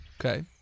Okay